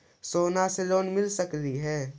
सोना से लोन मिल सकली हे?